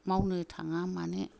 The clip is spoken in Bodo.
मावनो थाङा मानो